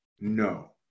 No